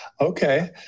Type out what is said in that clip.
Okay